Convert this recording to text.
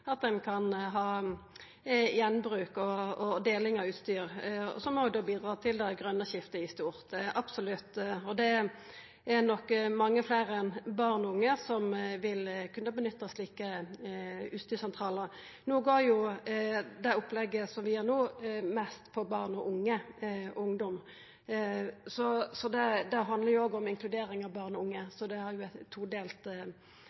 at ein kan ha gjenbruk og deling av utstyr, som absolutt bidrar til det grøne skiftet i stort. Det er nok mange fleire enn barn og unge som vil kunna nytta slike utstyrssentralar. Det opplegget som vi har no, går mest på barn og unge, ungdom, så det handlar òg om inkludering av barn og unge,